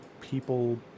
people